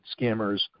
scammers